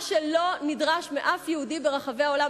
מה שלא נדרש מאף יהודי ברחבי העולם,